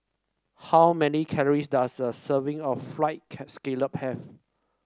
how many calories does a serving of fried scallop have